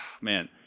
man